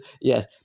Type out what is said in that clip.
yes